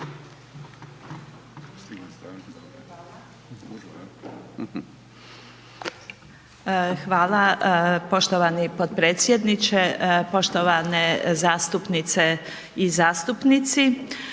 Hvala poštovani potpredsjedniče. Poštovane zastupnice i zastupnici.